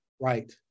Right